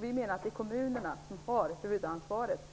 Vi menar att det är kommunerna som har huvudansvaret.